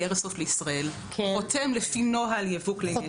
איירסופט לישראל חותם לפי נוהל ייבוא כלי נשק.